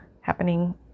happening